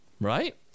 Right